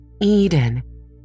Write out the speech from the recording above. Eden